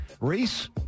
Reese